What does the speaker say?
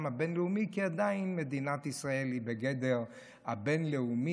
הבין-לאומי כי עדיין מדינת ישראל היא בגדר הבין-לאומי,